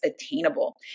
attainable